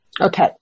Okay